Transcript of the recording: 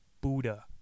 Buddha